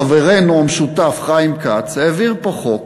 חברנו המשותף חיים כץ העביר פה חוק